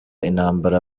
intambara